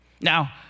Now